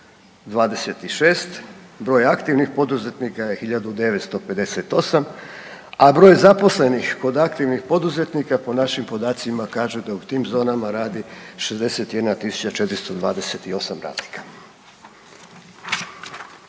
726, broj aktivnih poduzetnika 1 958, a broj zaposlenih kod aktivnih poduzetnika po našim podacima kaže da u tim zonama radi 61 428 radnika.